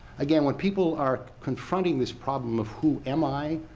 again, when people are confronting this problem of, who am i?